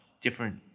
different